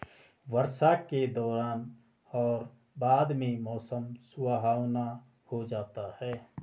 वर्षा के दौरान और बाद में मौसम सुहावना हो जाता है